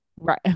Right